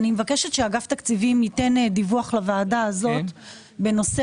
אני מבקשת שאגף התקציבים ייתן דיווח לוועדת הכספים בנושא